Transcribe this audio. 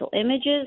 images